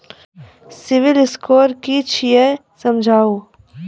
Civil score कि छियै समझाऊ?